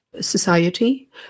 society